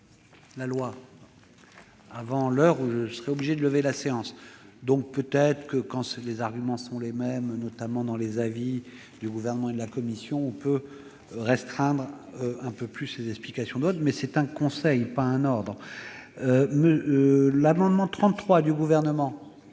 voté avant l'heure où je serai obligé de lever la séance. Peut-être que, lorsque les arguments sont les mêmes, notamment les avis du Gouvernement et de la commission, on peut restreindre un peu plus les explications de vote ... C'est un conseil, pas un ordre. L'amendement n° 33, présenté